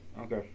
Okay